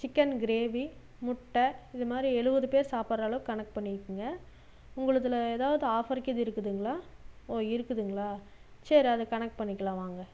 chicken gravy முட்டை இது மாதிரி எழுபது பேர் சாப்பிட்ற அளவுக்கு கணக்கு பண்ணிக்கங்க உங்களுதில் ஏதாவது ஆஃபர்கிது இருக்குதுங்களா ஓ இருக்குதுங்களா சரி அது கணக்கு பண்ணிக்கலாம் வாங்க